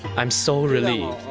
i'm so relieved.